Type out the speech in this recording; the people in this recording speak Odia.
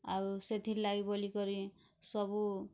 ଆଉ ସେଥିର୍ ଲାଗି ବୋଲି କରି ସବୁ